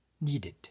needed